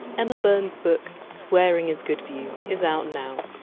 emma byrne! s book swearing is good for you is out now.